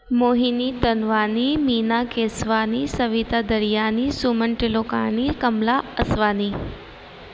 Mohini Tanwani Meena Keswani Savita Daryani Suman Tilokani Kamla Aswani